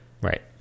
Right